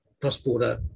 cross-border